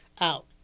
out